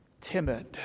timid